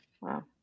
Wow